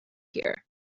here